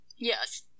Yes